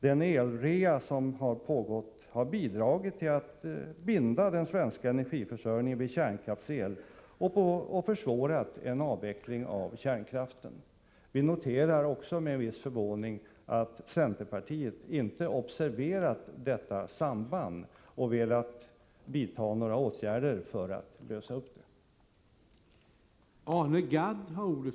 Den el-rea som pågått har bidragit till att den svenska energiförsörjningen bundits vid kärnkrafts-el. Vidare har el-rean försvårat avvecklingen av kärnkraften. Vi noterar med viss förvåning att centerpartiet inte observerat detta samband och att man inte velat vidta åtgärder för att lösa upp det.